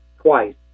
twice